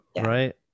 Right